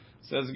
Says